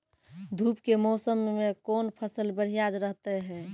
धूप के मौसम मे कौन फसल बढ़िया रहतै हैं?